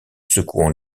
secouant